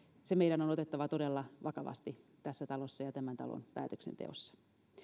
se meidän on otettava todella vakavasti tässä talossa ja tämän talon päätöksenteossa